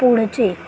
पुढचे